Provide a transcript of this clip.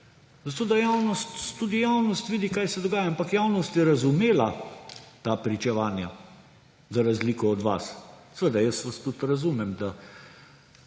zato da tudi javnost vidi, kaj se dogaja, ampak javnost je razumela ta pričevanja za razliko od vas. Seveda, vas tudi razumem, da